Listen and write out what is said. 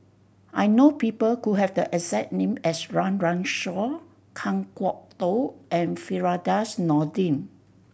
I know people who have the exact name as Run Run Shaw Kan Kwok Toh and Firdaus Nordin